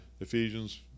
ephesians